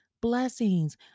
blessings